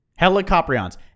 helicoprions